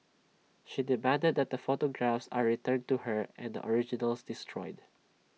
she demanded that the photographs are returned to her and the originals destroyed